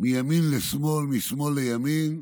מימין לשמאל, משמאל לימין,